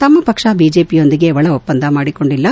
ತಮ್ಮ ಪಕ್ಷ ಬಿಜೆಪಿಯೊಂದಿಗೆ ಒಳ ಒಪ್ಪಂದ ಮಾಡಿಕೊಂಡಿಲ್ಲ